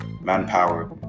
manpower